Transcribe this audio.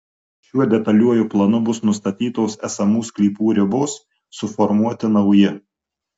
šiuo detaliuoju planu bus nustatytos esamų sklypų ribos suformuoti nauji